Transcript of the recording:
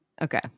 Okay